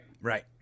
right